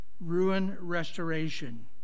ruin-restoration